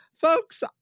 Folks